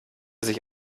sich